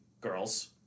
girls